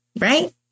right